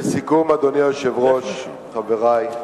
לסיכום, אדוני היושב-ראש, חברי,